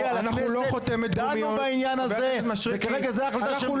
דנו בעניין הזה, וכרגע זו ההחלטה.